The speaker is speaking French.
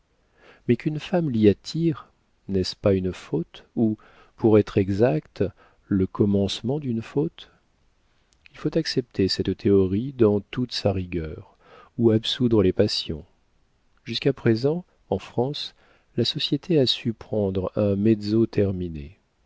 mais qu'une femme l'y attire n'est-ce pas une faute ou pour être exact le commencement d'une faute il faut accepter cette théorie dans toute sa rigueur ou absoudre les passions jusqu'à présent en france la société a su prendre un mezzo